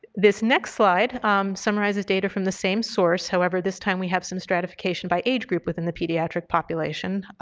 this next slide summarizes data from the same source, however, this time we have some stratification by age group within the pediatric population.